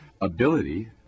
ability